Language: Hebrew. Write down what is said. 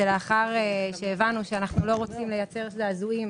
לאחר שהבנו שאנו לא רוצים לייצר זעזועים